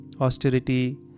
austerity